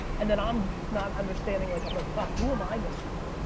and then i'm not understanding like i'm like, fuck, who am i misreading?